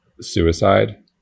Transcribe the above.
suicide